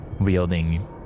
wielding